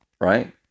right